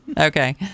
Okay